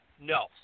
no